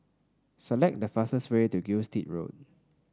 select the fastest way to Gilstead Road